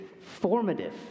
formative